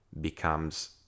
becomes